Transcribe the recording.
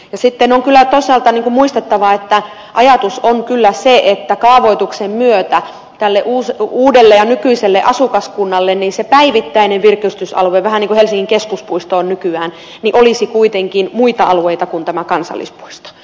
sitten on toisaalta muistettava että ajatus on kyllä se että kaavoituksen myötä tälle uudelle ja nykyiselle asukaskunnalle olisi päivittäiseen virkistäytymiseen vähän niin kuin helsingin keskuspuisto on nykyään kuitenkin muita alueita kuin tämä kansallispuisto